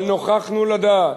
אבל נוכחנו לדעת,